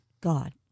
God